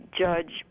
judge